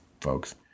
folks